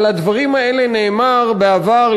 על הדברים האלה נאמר בעבר,